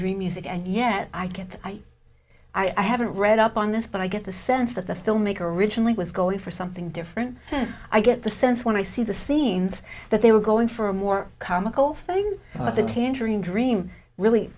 dream music and yet i can't i i haven't read up on this but i get the sense that the filmmaker originally was going for something different i get the sense when i see the scenes that they were going for a more comical thing but the tangerine dream really